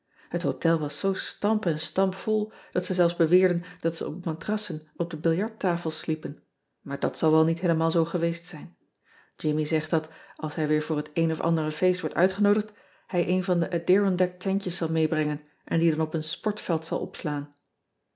et hotel was zoo stamp en stampvol dat ze zelfs beweerden dat ze op matrassen op de billardtafels sliepen maar dat zal wel niet heelemaal zoo geweest zijn immie zegt dat als hij weer voor het een of andere feest wordt uitgenoodigd hij een van de dirondack tentjes zal meebrengen en die dan op een sportveld zal opslaan